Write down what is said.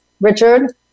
Richard